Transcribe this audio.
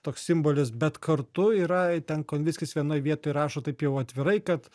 toks simbolis bet kartu yra ten konvickis vienoj vietoj rašo taip jau atvirai kad